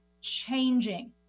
changing